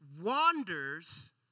wanders